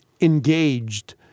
engaged